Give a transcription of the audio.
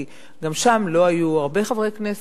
כי גם שם לא היו הרבה חברי כנסת,